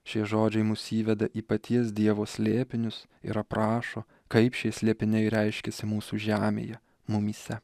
šie žodžiai mus įveda į paties dievo slėpinius ir aprašo kaip šie slėpiniai reiškiasi mūsų žemėje mumyse